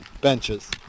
Benches